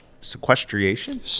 sequestration